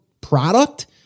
product